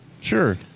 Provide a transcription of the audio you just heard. Sure